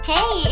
Hey